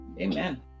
Amen